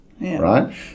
Right